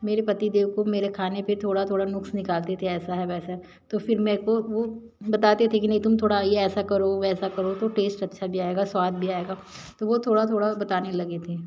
मेरे पति देव को मेरे खाने पे थोड़ा थोड़ा नुक्स निकालते थे ऐसा है वैसा है तो फिर मेको वो बताते थे कि नहीं तुम थोड़ा ऐसा करो वैसा करो तो टेस्ट अच्छा भी आएगा स्वाद भी आएगा वो थोड़ा थोड़ा बताने लगे थे